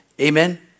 Amen